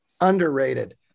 Underrated